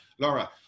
Laura